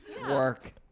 work